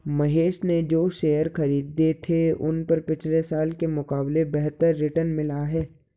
महेश ने जो शेयर खरीदे थे उन पर पिछले साल के मुकाबले बेहतर रिटर्न मिला है